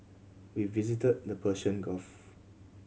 we visited the Persian Gulf